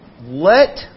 let